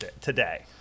today